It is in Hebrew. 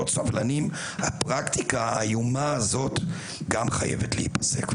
סובלניים - הפרקטיקה האיומה הזאת גם חייבת להיפסק.